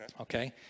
Okay